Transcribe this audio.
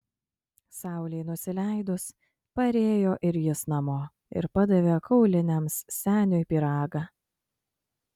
saulei nusileidus parėjo ir jis namo ir padavė kauliniams seniui pyragą